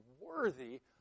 worthy